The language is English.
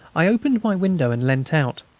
i opened my window, and leant out.